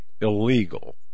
illegal